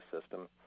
system